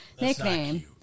nickname